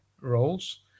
roles